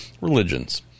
religions